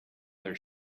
their